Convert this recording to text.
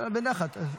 בנחת.